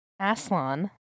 Aslan